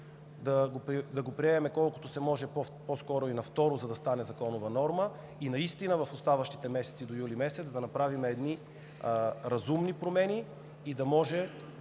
да го приемем колкото се може по-скоро и на второ, за да стане законова норма, наистина в оставащите месеци до юли да направим разумни промени и да може